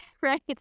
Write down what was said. right